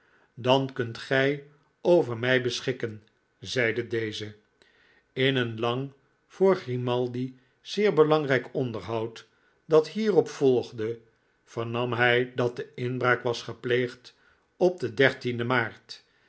dan kunt gij over mij beschikken zeide deze in een lang voor grimaldi zeer belangrijk onderhoud dat hierop volgde vernam hij dat de inbraak was gepleegd op den den maart